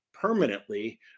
permanently